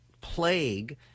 plague